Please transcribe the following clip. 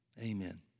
amen